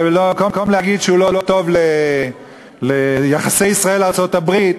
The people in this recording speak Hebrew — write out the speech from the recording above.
ובמקום להגיד שהוא לא טוב ליחסי ישראל ארצות-הברית,